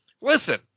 listen